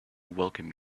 welcome